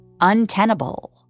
untenable